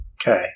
Okay